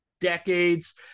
decades